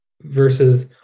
versus